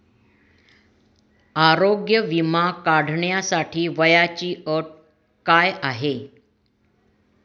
आरोग्य विमा काढण्यासाठी वयाची अट काय आहे?